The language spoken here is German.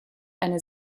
eine